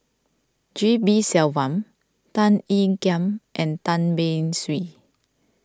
G P Selvam Tan Ean Kiam and Tan Beng Swee